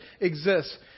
exists